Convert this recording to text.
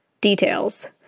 Details